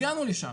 הגענו לשם,